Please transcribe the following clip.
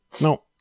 No